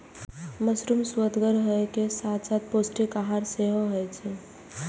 mushroom सुअदगर होइ के साथ साथ पौष्टिक सेहो होइ छै